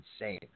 insane